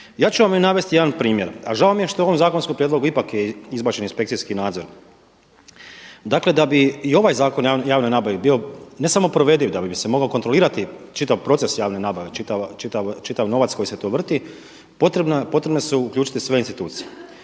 Ja ću vam navesti jedan primjer, a žao mi je što u ovom zakonskom prijedlogu ipak je izbačen inspekcijski nadzor. Dakle, da bi i ovaj Zakon o javnoj nabavi bio ne samo provediv nego da bi se mogao i kontrolirati čitav proces javne nabave, čitav novac koji se tu vrti, potrebno je uključiti se sve institucije.